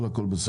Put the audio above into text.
אבל הכל בסדר.